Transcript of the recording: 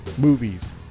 movies